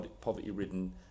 poverty-ridden